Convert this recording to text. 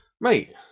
mate